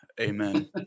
amen